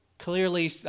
Clearly